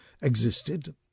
existed